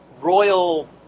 royal